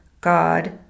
God